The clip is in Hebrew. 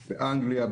באנגליה,